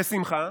ושמחה,